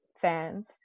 fans